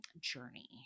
journey